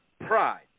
pride